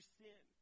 sin